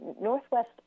Northwest